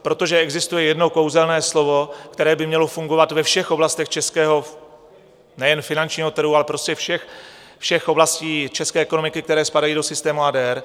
Protože existuje jedno kouzelné slovo, které by mělo fungovat ve všech oblastech českého, nejen finančního trhu, ale prostě všech oblastí české ekonomiky, které spadají do systému ADR.